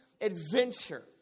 adventure